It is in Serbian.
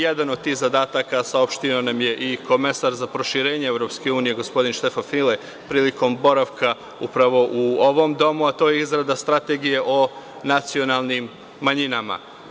Jedan od tih zadataka, saopštio nam je i komesar za proširenje EU, gospodin Štefan File, prilikom boravka upravo u ovom Domu, a to je izrada strategije o nacionalnim manjinama.